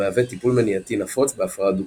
המהווה טיפול מניעתי נפוץ בהפרעה דו-קוטבית.